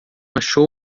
achou